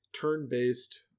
turn-based